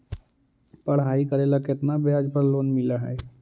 पढाई करेला केतना ब्याज पर लोन मिल हइ?